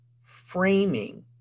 framing